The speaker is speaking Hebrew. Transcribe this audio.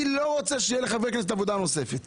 אני לא רוצה שלחברי כנסת תהיה עבודה נוספת,